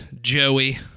Joey